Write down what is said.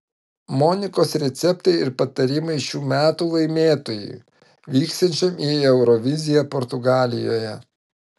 monikos receptai ir patarimai šių metų laimėtojui vyksiančiam į euroviziją portugalijoje